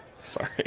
sorry